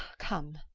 come,